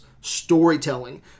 storytelling